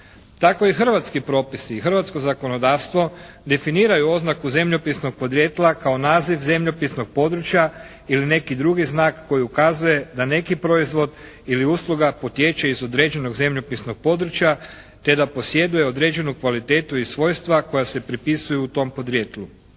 Tako i hrvatski propisi i hrvatsko zakonodavstvo definiraju oznaku zemljopisnog podrijetla kao naziv zemljopisnog područja ili neki drugi znak koji ukazuje da neki proizvod ili usluga potječe iz određenog zemljopisnog područja te da posjeduje određenu kvalitetu i svojstva koja se pripisuju u tom podrijetlu.